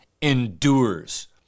endures